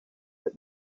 but